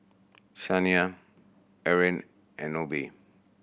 Shaniya Erin and Nobie